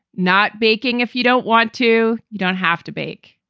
not baking if you don't want to. you don't have to bake.